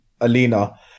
Alina